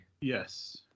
Yes